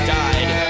died